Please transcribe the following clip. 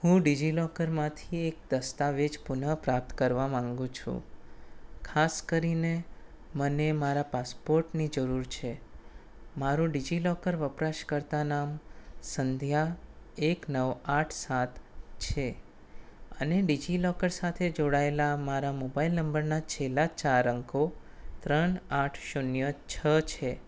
હું ડિજિલોકરમાંથી એક દસ્તાવેજ પુનઃપ્રાપ્ત કરવા માગું છું ખાસ કરીને મને મારા પાસપોર્ટની જરૂર છે મારું ડિજિલોકર વપરાશકર્તા નામ સંધ્યા એક નવ આઠ સાત છે અને ડિજિલોકર સાથે જોડાયેલા મારા મોબાઇલ નંબરના છેલ્લા ચાર અંકો ત્રણ આઠ શૂન્ય છ છે